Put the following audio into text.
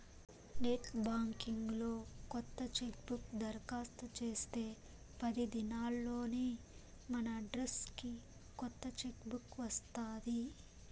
net banking లో కొత్త chequebook దరకాస్తు చేస్తే పది దినాల్లోనే మనడ్రస్కి కొత్త చెక్ బుక్ వస్తాది